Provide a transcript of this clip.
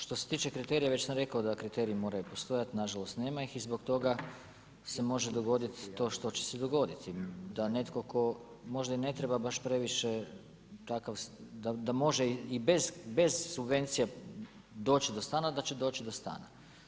Što se tiče kriterija, već sam rekao da kriteriji moraju postojati, nažalost nema ih i zbog toga se može dogoditi to što će se dogoditi da netko tko možda i ne treba baš previše takav, da može i bez subvencija doći do stana da će doći do stana.